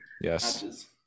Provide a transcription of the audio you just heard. yes